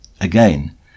Again